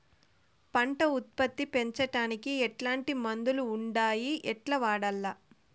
పంట ఉత్పత్తి పెంచడానికి ఎట్లాంటి మందులు ఉండాయి ఎట్లా వాడల్ల?